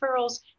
referrals